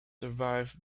survived